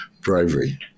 bravery